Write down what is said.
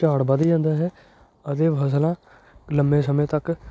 ਝਾੜ ਵੱਧ ਜਾਂਦਾ ਹੈ ਅਤੇ ਫ਼ਸਲਾਂ ਲੰਬੇ ਸਮੇਂ ਤੱਕ